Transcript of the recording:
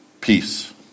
peace